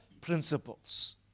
principles